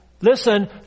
listen